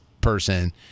person